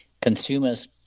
consumer's